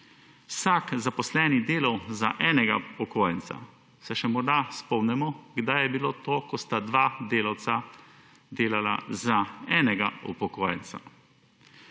vsak zaposleni delal za enega upokojenca. Se še morda spomnimo kdaj je bilo to, ko sta dva delavca delala za enega upokojenca?